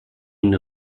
une